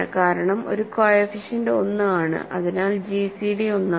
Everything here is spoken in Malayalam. കാരണം ഒരു കോഎഫിഷ്യന്റ് 1 ആണ് അതിനാൽ ജിസിഡി 1 ആണ്